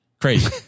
Crazy